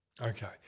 Okay